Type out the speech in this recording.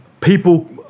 people